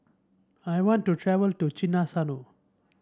I want to travel to Chisinau